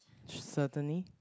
certainly